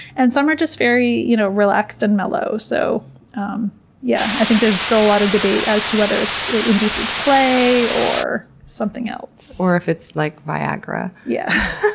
and some are just very you know relaxed and mellow. so um yeah i think there's still a lot of debate as to whether it induces play or something else. or if it's like viagra. yeah